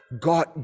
God